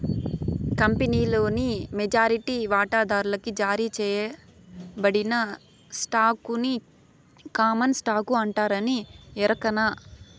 కంపినీలోని మెజారిటీ వాటాదార్లకి జారీ సేయబడిన స్టాకుని కామన్ స్టాకు అంటారని ఎరకనా